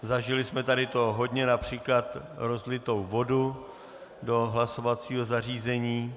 Zažili jsme tady toho hodně, například rozlitou vodu do hlasovacího zařízení.